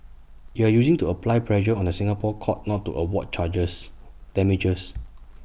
you are using to apply pressure on the Singapore courts not to award charges damages